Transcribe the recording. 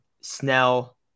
Snell